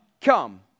come